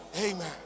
amen